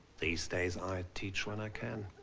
these days i teach when i can